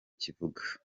kivuga